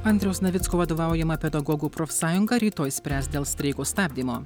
andriaus navicko vadovaujama pedagogų profsąjunga rytoj spręs dėl streiko stabdymo